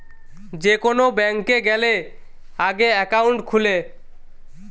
যে কোন ব্যাংকে গ্যালে আগে একাউন্ট খুলে